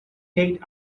hate